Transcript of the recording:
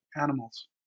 animals